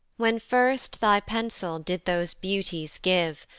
when first thy pencil did those beauties give,